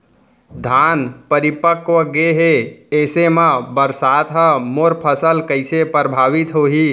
धान परिपक्व गेहे ऐसे म बरसात ह मोर फसल कइसे प्रभावित होही?